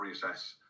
reassess